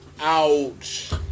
Ouch